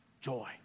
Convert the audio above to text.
joy